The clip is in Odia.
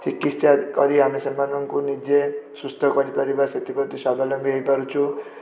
ଚିକିତ୍ସା କରି ଆମେ ସେମାଙ୍କୁ ନିଜେ ସୁସ୍ଥ କରିପାରିବା ସେଥିପ୍ରତି ସ୍ୱାବଲମ୍ବୀ ହେଇପାରୁଛୁ